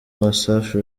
wasafi